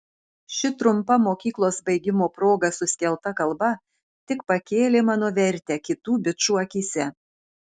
ši trumpa mokyklos baigimo proga suskelta kalba tik pakėlė mano vertę kitų bičų akyse